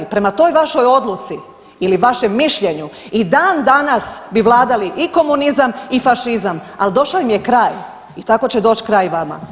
Prema toj vašoj odluci ili vašem mišljenju u dan danas bi vladali i komunizam i fašizam, ali došao im je kraj, i tako će doći kraj i vama.